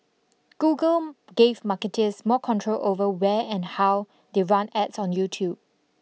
Google gave marketers more control over where and how they run ads on YouTube